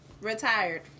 retired